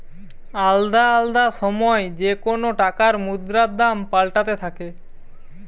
আলদা আলদা সময় যেকোন টাকার মুদ্রার দাম পাল্টাতে থাকে